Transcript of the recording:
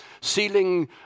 ceiling